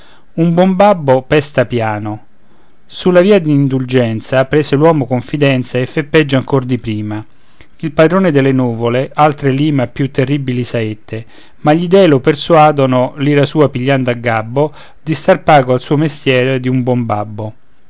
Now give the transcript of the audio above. un buon babbo pesta piano sulla via dell'indulgenza prese l'uomo confidenza e fe peggio ancor di prima il padrone delle nuvole altre lima più terribili saette ma gli dèi lo persuadono l'ira sua pigliando a gabbo di star pago al suo mestiero di buon babbo